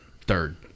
third